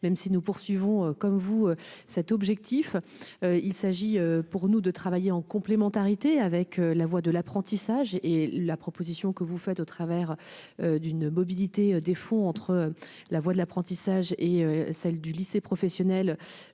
même si nous poursuivons comme vous, cet objectif, il s'agit pour nous de travailler en complémentarité avec la voie de l'apprentissage et la proposition que vous faites au travers d'une mobilité des fonds entre la voie de l'apprentissage et celle du lycée professionnel